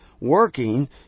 working